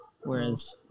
whereas